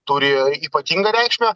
turi ypatingą reikšmę